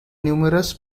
numerous